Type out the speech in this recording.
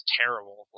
terrible